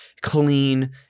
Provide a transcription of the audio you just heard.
clean